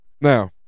Now